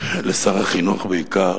לשר החינוך, בעיקר,